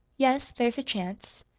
yes, there's a chance.